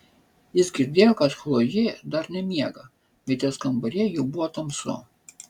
jis girdėjo kad chlojė dar nemiega bet jos kambaryje jau buvo tamsu